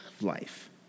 life